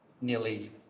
nearly